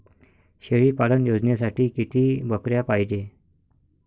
शेळी पालन योजनेसाठी किती बकऱ्या पायजे?